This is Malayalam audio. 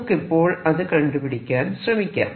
നമുക്ക് ഇപ്പോൾ അത് കണ്ടുപിടിക്കാൻ ശ്രമിക്കാം